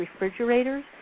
refrigerators